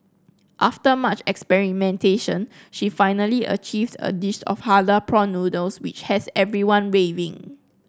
after much experimentation she finally achieved a dish of halal prawn noodles which has everyone raving